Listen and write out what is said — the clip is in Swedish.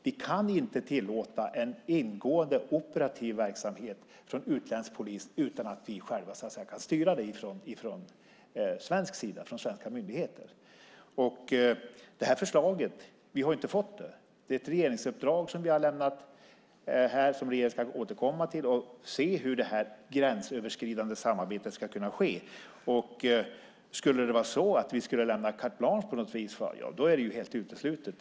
Vi kan inte tillåta en ingående operativ verksamhet från utländsk polis utan att vi från svensk sida, från svenska myndigheter, själva kan styra den. Förslaget har vi inte fått. Det är ett regeringsuppdrag som vi har lämnat, och regeringen ska återkomma med hur det gränsöverskridande samarbetet ska kunna ske. Att vi skulle lämna carte blanche på något vis är ju helt uteslutet.